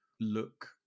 look